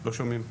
לא שומעים אותך.